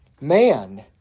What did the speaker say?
Man